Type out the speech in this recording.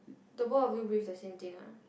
the both of you breathe the same thing ah